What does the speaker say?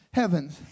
heavens